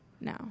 No